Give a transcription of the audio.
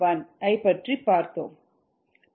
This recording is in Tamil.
1 ஐ பற்றி பார்த்தோம்